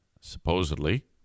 Supposedly